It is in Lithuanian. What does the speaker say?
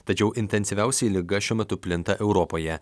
tačiau intensyviausiai liga šiuo metu plinta europoje